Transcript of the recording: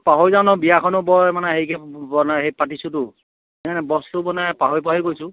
পাহৰি যাওঁ ন বিয়াখনো বৰ হেৰিকৈ মানে পাতিছোঁতো সেইকাৰণে বস্তু মানে পাহৰি গৈছোঁ